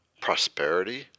prosperity